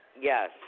Yes